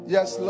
Yes